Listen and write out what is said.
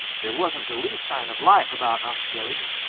there wasn't the least sign of life about unc' billy.